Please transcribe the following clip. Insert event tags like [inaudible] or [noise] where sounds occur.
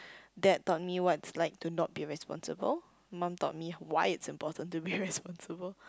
[breath] dad taught me what's like to not be responsible mum taught me why is important to be responsible